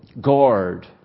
Guard